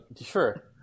Sure